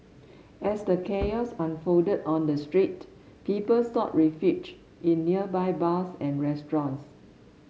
as the chaos unfolded on the street people sought refuge in nearby bars and restaurants